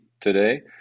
today